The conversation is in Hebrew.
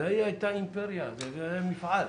זו הייתה אימפריה, זה היה מפעל.